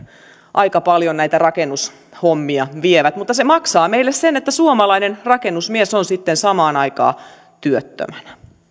aika paljon näitä rakennushommia vievät mutta se maksaa meille sen että suomalainen rakennusmies on sitten samaan aikaan työttömänä